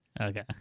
Okay